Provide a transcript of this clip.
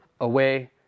away